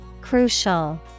CRUCIAL